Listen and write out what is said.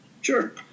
Sure